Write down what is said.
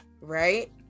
Right